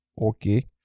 Okay